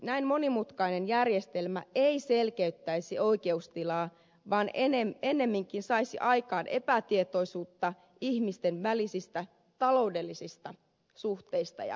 näin monimutkainen järjestelmä ei selkeyttäisi oikeustilaa vaan ennemminkin saisi aikaan epätietoisuutta ihmisten välisistä taloudellisista suhteista ja asemasta